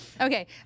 Okay